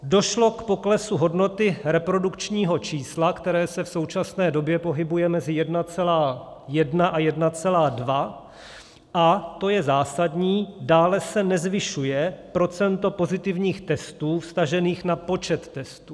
Došlo k poklesu hodnoty reprodukčního čísla, které se v současné době pohybuje mezi 1,1 a 1,2, a to je zásadní dále se nezvyšuje procento pozitivních testů vztažených na počet testů.